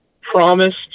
promised